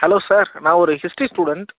hello sir நான் ஒரு history student